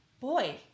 boy